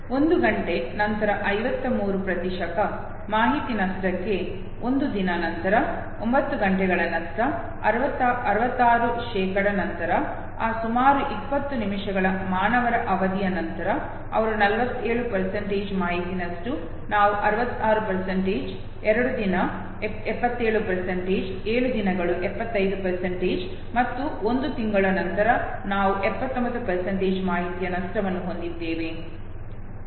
1 ಗಂಟೆ ನಂತರ 53 ಮಾಹಿತಿ ನಷ್ಟಕ್ಕೆ ಒಂದು ದಿನ ನಂತರ ಒಂಬತ್ತು ಗಂಟೆಗಳ ನಷ್ಟ 56 ನಂತರ ಆ ಸುಮಾರು 20 ನಿಮಿಷಗಳ ಮಾನವರ ಅವಧಿಯ ನಂತರ ಅವರು 47 ಮಾಹಿತಿ ನಷ್ಟ ನಾವು 66 ಎರಡು ದಿನ 72 ಏಳು ದಿನಗಳು 75 ಮತ್ತು ಒಂದು ತಿಂಗಳ ನಂತರ ನಾವು 79 ಮಾಹಿತಿಯ ನಷ್ಟವನ್ನು ಹೊಂದಿದ್ದೇವೆ